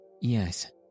Yes